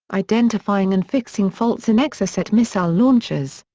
identifying and fixing faults in exocet missile launchers.